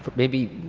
but maybe